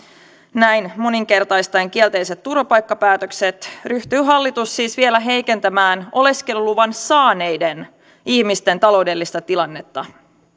näin moninkertaistaen kielteiset turvapaikkapäätökset ryhtyy hallitus siis vielä heikentämään oleskeluluvan saaneiden ihmisten taloudellista tilannetta